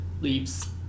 leaves